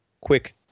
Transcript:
quick